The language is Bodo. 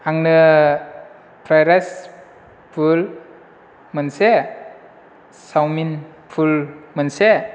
आंनो फ्राइद राइस फुल मोनसे सावमिन फुल मोनसे